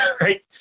right